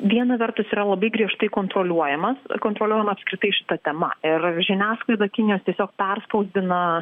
viena vertus yra labai griežtai kontroliuojamas kontroliuojama apskritai šita tema ir žiniasklaida kinijos tiesiog perspausdina